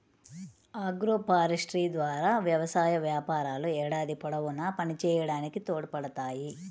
agroforestry ద్వారా వ్యవసాయ వ్యాపారాలు ఏడాది పొడవునా పనిచేయడానికి తోడ్పడతాయి